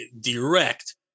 direct